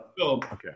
okay